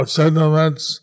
sentiments